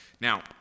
Now